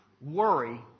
Worry